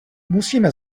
musíme